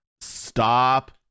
Stop